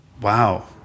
Wow